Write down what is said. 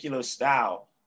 style